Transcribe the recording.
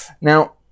Now